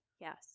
yes